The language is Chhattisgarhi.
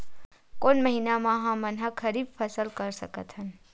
कोन महिना म हमन ह खरीफ फसल कर सकत हन?